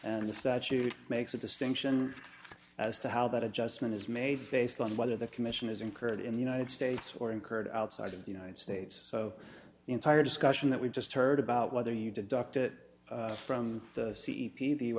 and the statute makes a distinction as to how that adjustment is made based on whether the commission is incurred in the united states or incurred outside of the united states so the entire discussion that we just heard about whether you deduct it from the